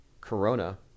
Corona